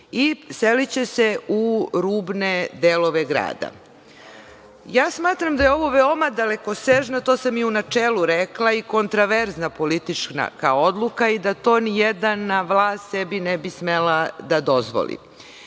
i seliće se u rubne delove grada. Smatram da je ovo veoma dalekosežna, to sam i u načelu rekla i kontraverzna politička odluka, i da to nijedan na vlast sebi ne bi smela da dozvoli.